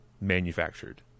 manufactured